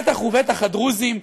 בטח ובטח הדרוזים,